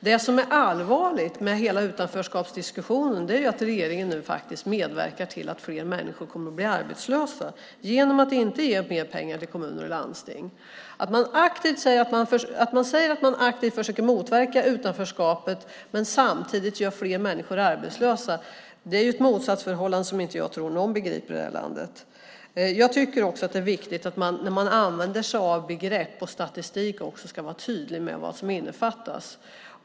Det som är allvarligt med hela utanförskapsdiskussionen är att regeringen faktiskt medverkar till att fler människor kommer att bli arbetslösa genom att inte ge mer pengar till kommuner och landsting. Att man säger att man aktivt försöker motverka utanförskapet men samtidigt gör fler människor arbetslösa är ett motsatsförhållande som jag inte tror att någon i det här landet begriper. Jag tycker också att det är viktigt att man när man använder sig av begrepp och statistik också ska vara tydlig med vad som innefattas.